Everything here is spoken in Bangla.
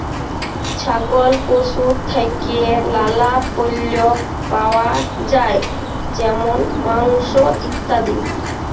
ছাগল পশু থেক্যে লালা পল্য পাওয়া যায় যেমল মাংস, ইত্যাদি